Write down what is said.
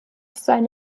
seine